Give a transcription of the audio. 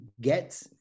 get